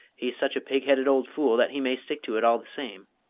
he's such a pig-headed old fool that he may stick to it all the same.